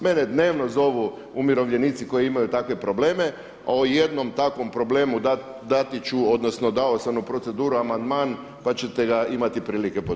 Mene dnevno zovu umirovljenici koji imaju takve probleme, a o jednom takvom problemu dati ću, odnosno dao sam u proceduru amandman pa ćete ga imati prilike podržati.